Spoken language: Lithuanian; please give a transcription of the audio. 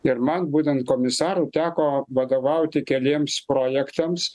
ir man būtent komisarui teko vadovauti keliems projektams